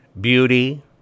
beauty